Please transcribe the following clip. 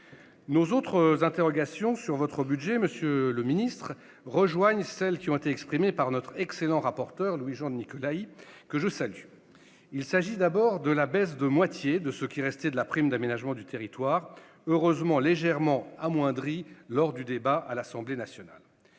ministre, monsieur le secrétaire d'État, rejoignent celles qui ont été exprimées par notre excellent rapporteur Louis-Jean de Nicolaÿ, que je salue. Il s'agit d'abord de la baisse de moitié de ce qui restait de la prime d'aménagement du territoire, heureusement légèrement amoindrie lors du débat à l'Assemblée nationale.